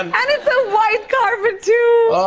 um and it's a white carpet, too! oh,